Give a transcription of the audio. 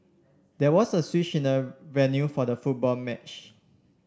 there was a switch in the venue for the football match